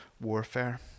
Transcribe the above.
warfare